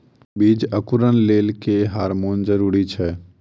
बीज अंकुरण लेल केँ हार्मोन जरूरी छै?